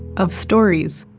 of stories,